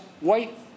white